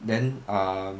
then um